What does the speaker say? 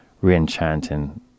re-enchanting